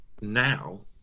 now